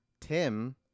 tim